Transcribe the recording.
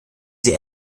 sie